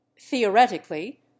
theoretically